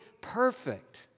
perfect